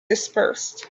dispersed